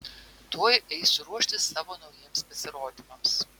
tuoj eisiu ruoštis savo naujiems pasirodymams